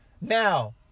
Now